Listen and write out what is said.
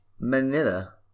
Manila